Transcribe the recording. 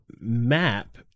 map